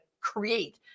create